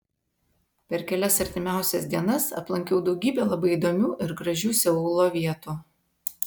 per kelias artimiausias dienas aplankiau daugybę labai įdomių ir gražių seulo vietų